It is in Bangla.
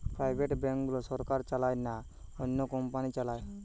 প্রাইভেট ব্যাঙ্ক গুলা সরকার চালায় না, অন্য কোম্পানি চালায়